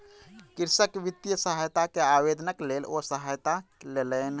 कृषक वित्तीय सहायता के आवेदनक लेल ओ सहायता लेलैन